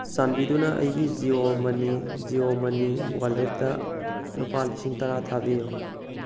ꯆꯥꯟꯕꯤꯗꯨꯅ ꯑꯩꯒꯤ ꯖꯤꯌꯣ ꯃꯅꯤ ꯖꯤꯌꯣ ꯃꯅꯤ ꯋꯥꯂꯦꯠꯇ ꯂꯨꯄꯥ ꯂꯤꯁꯤꯡ ꯇꯔꯥ ꯊꯥꯕꯤꯌꯨ